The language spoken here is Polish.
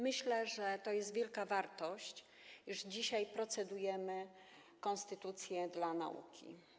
Myślę, że to jest wielka wartość, iż dzisiaj procedujemy konstytucję dla nauki.